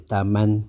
Taman